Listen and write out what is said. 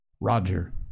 Roger